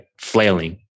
flailing